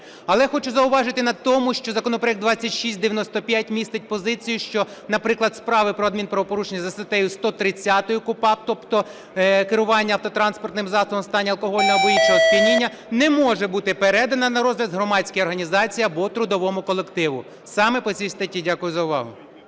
Але хочу зауважити на тому, що законопроект 2695 містить позицію, що, наприклад, справи про адмінправопорушення за статтею 130 КУпАП, тобто керування автотранспортним засобом в стані алкогольного або іншого сп'яніння, не може бути передано на розгляд громадській організації або трудовому колективу. Саме по цій статті. Дякую за увагу.